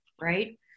right